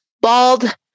bald